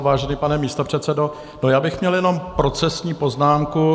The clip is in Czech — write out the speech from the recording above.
Vážený pane místopředsedo, měl bych jenom procesní poznámku.